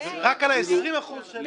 לפני העיקול.